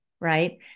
right